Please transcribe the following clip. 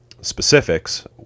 specifics